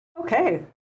Okay